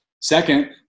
Second